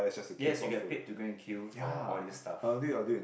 yes we get paid to go and queue for all these stuff